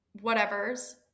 whatever's